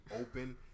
open